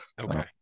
okay